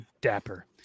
dapper